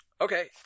Okay